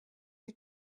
you